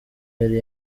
yari